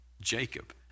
Jacob